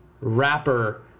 rapper